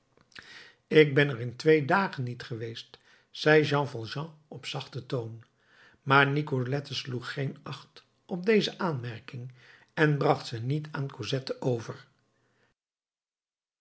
ik ben er in twee dagen niet geweest zei jean valjean op zachten toon maar nicolette sloeg geen acht op deze aanmerking en bracht ze niet aan cosette over